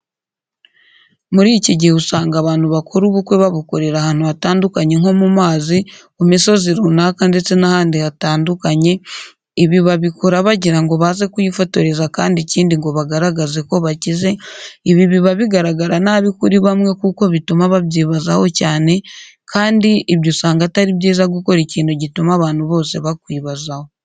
Muri iki gihe usanga abantu bakora ubukwe babukorera ahantu hatandukanye nko ku mazi, ku misozi runaka ndetse n'ahandi hatandukanye, ibi babikora bagira ngo baze kuhifotoreza kandi ikindi ngo bagaragaze ko bakize, ibi biba bigaragara nabi kuri bamwe kuko bituma babyibazaho cyane kandi ibyo usanga atari byiza gukora ikintu gituma abantu bose bakwibazaho.